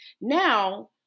now